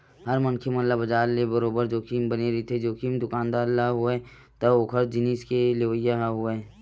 हर मनखे ल बजार ले बरोबर जोखिम बने रहिथे, जोखिम दुकानदार ल होवय ते ओखर जिनिस के लेवइया ल होवय